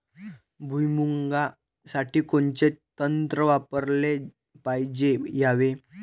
भुइमुगा साठी कोनचं तंत्र वापराले पायजे यावे?